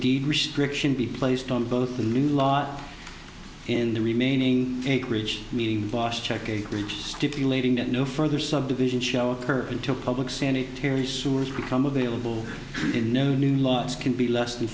deed restriction be placed on both the new laws in the remaining acreage meaning boss check a breach stipulating that no further subdivision shall occur until public sanitary sewer become available in new new laws can be less than